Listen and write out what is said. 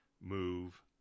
move